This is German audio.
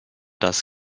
das